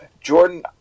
Jordan